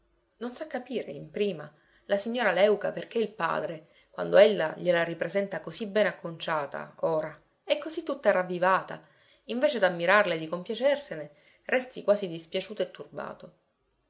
non sa capire in prima la signora léuca perché il padre quando ella gliela ripresenta così bene acconciata ora e così tutta ravvivata invece d'ammirarla e di compiacersene resti quasi dispiaciuto e turbato